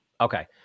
Okay